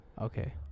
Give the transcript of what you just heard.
okay